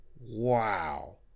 Wow